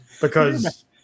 because-